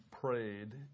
prayed